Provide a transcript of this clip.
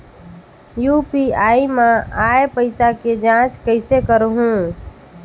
UPI मा आय पइसा के जांच कइसे करहूं?